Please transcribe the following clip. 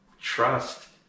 Trust